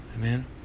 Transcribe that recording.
Amen